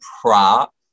prop